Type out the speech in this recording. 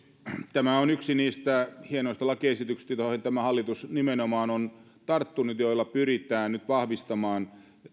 tämä on yksi niistä hienoista lakiesityksistä joihin tämä hallitus nimenomaan on tarttunut joilla pyritään nyt vahvistamaan